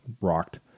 rocked